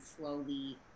slowly